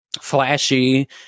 flashy